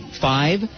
five